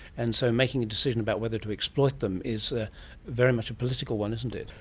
and so making a decision about whether to exploit them is ah very much a political one, isn't it.